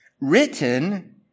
written